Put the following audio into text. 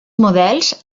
models